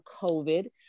COVID